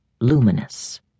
luminous